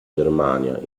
germania